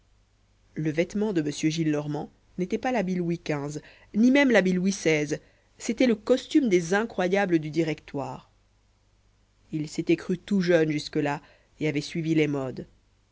le vêtement de m gillenormand n'était pas l'habit louis xv ni même l'habit louis xvi c'était le costume des incroyables du directoire il s'était cru tout jeune jusque-là et avait suivi les modes